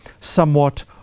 somewhat